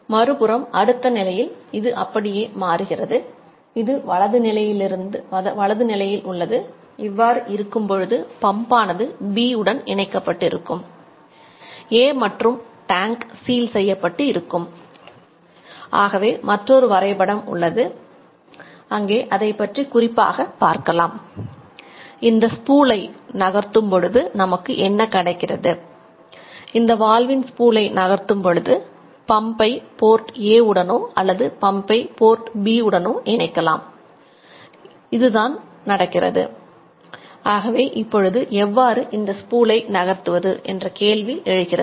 மறுபுறம் அடுத்த நிலையில் இது அப்படியே மாறுகிறது நகர்த்துவது என்ற கேள்வி எழுகிறது